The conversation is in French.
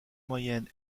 moyenne